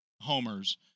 Homers